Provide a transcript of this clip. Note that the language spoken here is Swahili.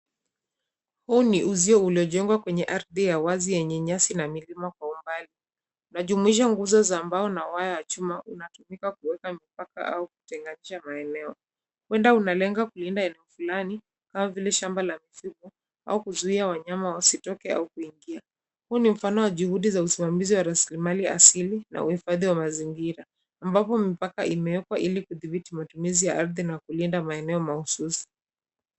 Huu ni uzio uliojengwa kwenye ardhi ya wazi yenye nyasi na milima kwa umbali. Unajumuisha nguzo za mbao na waya wa chuma unatumika kuweka mipaka au kutenganisha maeneo. Huenda unalenga kulinda eneo fulani kama vile shamba la mifugo au kuzuia wanyama wasitoke au kuingia. Huu ni mfano wa juhudi za usimamizi wa rasilimali asili na uhifadhi wa mazingira ambapo mipaka imewekwa ili kudhibiti matumizi ya ardhi na kulinda maeneo mahususi.